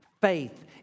Faith